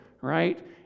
right